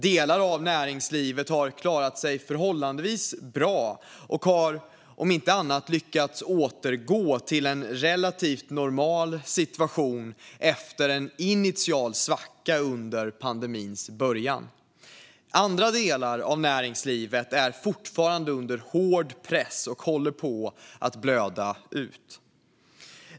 Delar av näringslivet har klarat sig förhållandevis bra och har efter en initial svacka under pandemins början lyckats återgå till en relativt normal situation. Andra delar av näringslivet är fortfarande under hård press och håller på att förblöda.